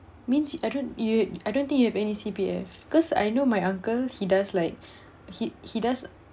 means I don't you I don't think you have any C_P_F because I know my uncle he does like he he does